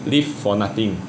live for nothing